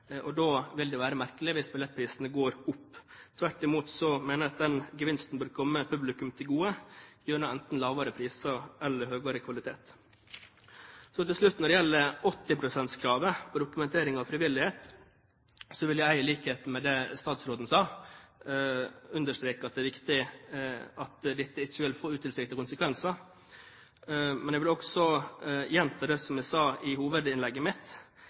og da vil det være merkelig hvis billettprisene går opp. Tvert imot mener jeg at den gevinsten bør komme publikum til gode, enten gjennom lavere priser eller høyere kvalitet. Til slutt: Når det gjelder 80 pst.-kravet for dokumentering av frivillighet, vil jeg understreke – i likhet med det statsråden sa – at det er viktig at dette ikke får utilsiktede konsekvenser. Men jeg vil også gjenta det som jeg sa i hovedinnlegget mitt,